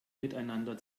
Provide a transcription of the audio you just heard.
miteinander